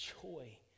joy